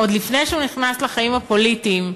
עוד לפני שהוא נכנס לחיים הפוליטיים,